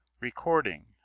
Recording